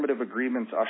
agreements